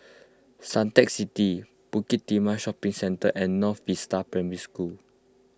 Suntec City Bukit Timah Shopping Centre and North Vista Primary School